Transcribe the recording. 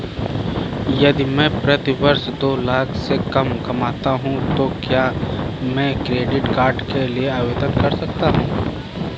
यदि मैं प्रति वर्ष दो लाख से कम कमाता हूँ तो क्या मैं क्रेडिट कार्ड के लिए आवेदन कर सकता हूँ?